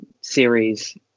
series